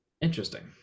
Interesting